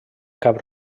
cap